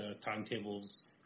timetables